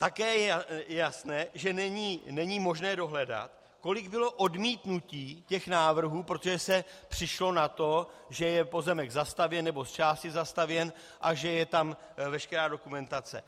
Také je jasné, že není možné dohledat, kolik bylo odmítnutí návrhů, protože se přišlo na to, že je pozemek zcela nebo zčásti zastavěn a že je tam veškerá dokumentace.